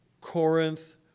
Corinth